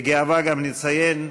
בגאווה גם נציין,